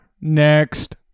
next